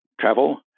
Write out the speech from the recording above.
travel